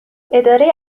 اداره